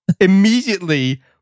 immediately